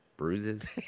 Bruises